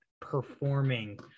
performing